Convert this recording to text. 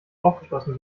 aufgeschlossen